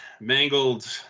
mangled